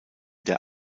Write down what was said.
der